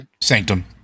Sanctum